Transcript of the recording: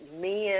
men